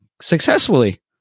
successfully